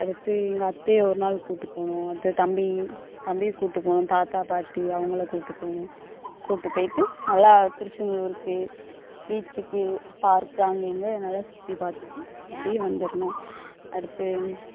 அடுத்து எங்கள் அத்தையை ஒரு நாள் கூப்பிட்டு போகணும் அடுத்தது தம்பி தம்பியை கூப்பிட்டு போகணும் தாத்தா பாட்டி அவங்களை கூப்பிட்டு போகணும் கூப்பிட்டு போய்ட்டு நல்லா திருச்செந்தூருக்கு பீச்சிக்கு பார்க்கு அங்கே இங்கே நல்லா சுற்றிப்பாத்துட்டு அப்படி வந்துடணும் அடுத்து